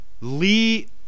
Lee